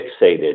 fixated